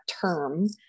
term